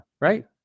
Right